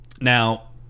now